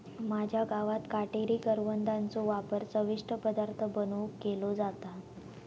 माझ्या गावात काटेरी करवंदाचो वापर चविष्ट पदार्थ बनवुक केलो जाता